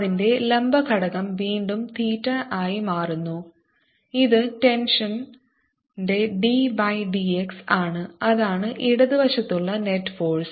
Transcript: അതിന്റെ ലംബ ഘടകം വീണ്ടും തീറ്റയായി മാറുന്നു ഇത് ടെൻഷൻ ന്റെ d ബൈ dx ആണ് അതാണ് ഇടത് വശത്തുള്ള നെറ്റ് ഫോഴ്സ്